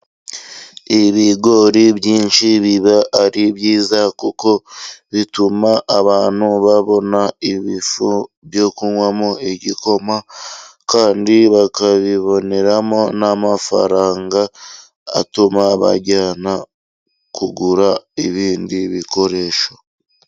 Ibigori byinshi biba ari byiza, kuko bituma abantu babona ibifu byo kunywamo igikoma, kandi bakabiboneramo n'amafaranga, atuma bajyana kugura ibindi bikoresho.